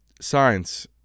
Science